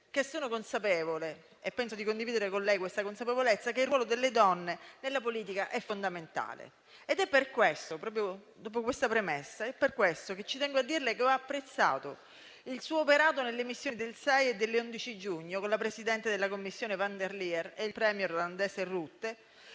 che sono consapevole - e penso di condividere con lei questa consapevolezza - che il ruolo delle donne in politica è fondamentale. Dopo questa premessa ci tengo a dirle che ho apprezzato il suo operato nelle missioni del 6 e dell'11 giugno con la presidente della Commissione europea Von Der Leyen e il *premier* olandese Rutte